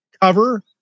cover